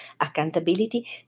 accountability